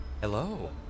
Hello